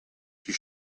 die